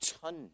ton